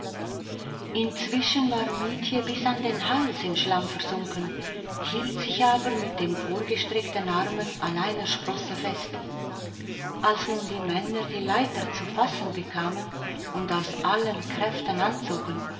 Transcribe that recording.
inzwischen war mietje bis an den hals im schlamm versunken hielt sich aber mit emporgestreckten armen an einer sprosse fest als nun die männer die leiter zu fassen bekamen und aus allen kräften anzogen